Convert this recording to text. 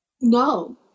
No